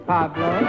Pablo